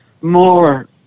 more